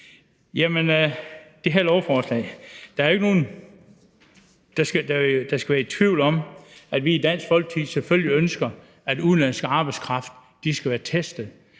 er der jo ikke nogen, der skal være i tvivl om, at vi i Dansk Folkeparti selvfølgelig ønsker, at udenlandsk arbejdskraft skal være testet.